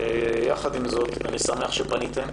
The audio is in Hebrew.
יחד עם זאת, אני שמח שפניתם,